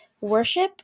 worship